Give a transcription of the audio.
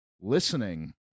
listening